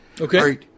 Okay